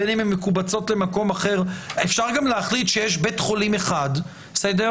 בין הן מקובצות למקום אחר אפשר גם להחליט שיש בית חולים אחד בארץ